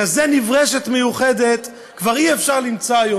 כזאת נברשת מיוחדת כבר אי-אפשר למצוא היום.